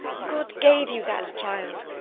god gave you that child.